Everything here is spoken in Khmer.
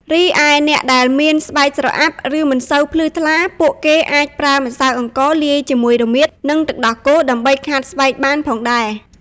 រីឯអ្នកដែលមានស្បែកស្រអាប់ ឬមិនសូវភ្លឺថ្លា ពួកគេអាចប្រើម្សៅអង្ករលាយជាមួយរមៀត និង ទឹកដោះគោ ដើម្បីខាត់ស្បែកបានផងដេរ។